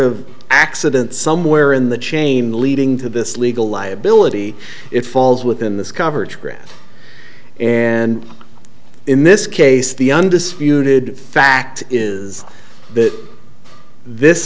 of accident somewhere in the chain leading to this legal liability it falls within this coverage grant and in this case the undisputed fact is that this